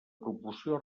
proporció